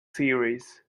series